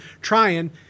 trying